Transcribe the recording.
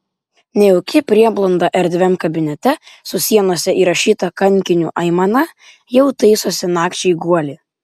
nejauki prieblanda erdviam kabinete su sienose įrašyta kankinių aimana jau taisosi nakčiai guolį